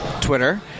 Twitter